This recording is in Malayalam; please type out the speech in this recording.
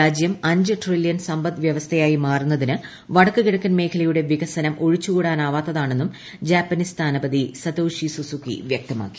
രാജ്യം അഞ്ച് ട്രില്ല്യൻ സമ്പദ്വൃവസ്ഥയായി മാറുന്നതിന് വടക്കു കിഴക്കൻ മേഖലയുടെ വികസനം ഒഴിച്ചുകൂടാനാവാത്തതാണെന്ന് ജാപ്പനീസ് സ്ഥാനപതി സതോഷി സുസുകി വ്യക്തമാക്കി